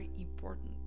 important